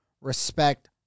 respect